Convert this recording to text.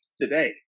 today